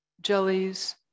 jellies